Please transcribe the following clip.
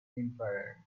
infrared